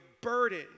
burden